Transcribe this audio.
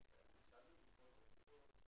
בדיוק זה השלב שאני אבקש לצאת